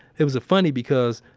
it was a funny because,